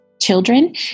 children